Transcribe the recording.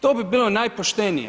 To bi bilo najpoštenije.